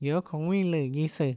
guiohà çounã ðuinà lùã guiâ søã